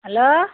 hello